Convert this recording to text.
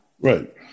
Right